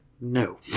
No